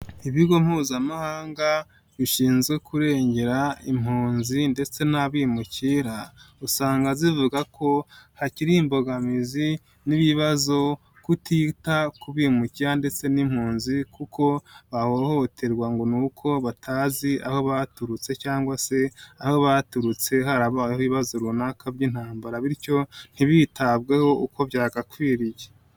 Ibigo mpuzamahanga, bishinzwe kurengera impunzi ndetse n'abimukira, usanga zivuga ko hakiri imbogamizi n'ibibazo kutita ku bimukira ndetse n'impunzi, kuko bahohoterwa ngo ni uko batazi aho baturutse cyangwa se aho baturutse harabaye ibibazo runaka by'intambara, bityo ntibitabweho uko byagakwiriye.